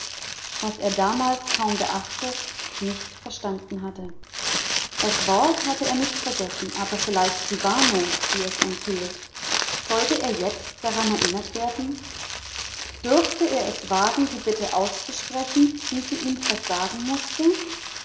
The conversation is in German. was er damals kaum beachtet nicht verstanden hatte das wort hatte er nicht vergessen aber vielleicht die warnung die es enthielt sollte er jetzt daran erinnert werden durfte er es wagen die bitte auszusprechen die sie ihm versagen mußte